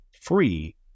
free